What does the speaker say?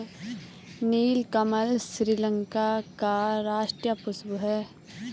नीलकमल श्रीलंका का राष्ट्रीय पुष्प है